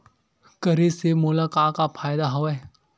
करे से मोला का का फ़ायदा हवय?